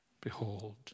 Behold